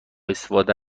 استفاده